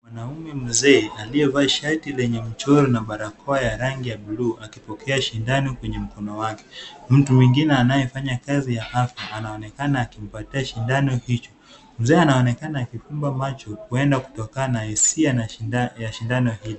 Mwanamume mzee aliyevaa shati lenye mchoro na barakoa ya rangi ya bluu, akipokea sindano kwenye mkono wake. Mtu mwingine anayefanya kazi ya afya anampatia sindano hicho. Mzee anaonekana akifumba macho huenda kutokana na hisia ya sindano hiyo.